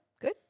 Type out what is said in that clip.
good